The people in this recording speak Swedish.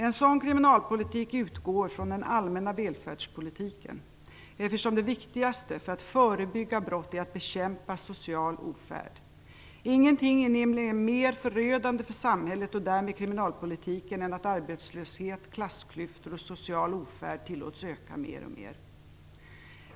En sådan kriminalpolitik utgår från den allmänna välfärdspolitiken, eftersom det viktigaste för att förebygga brott är att bekämpa social ofärd. Ingenting är nämligen mera förödande för samhället och därmed för kriminalpolitiken än att arbetslöshet, klassklyftor och social ofärd tillåts öka mer och mer.